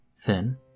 thin